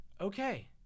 okay